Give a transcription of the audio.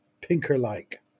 pinker-like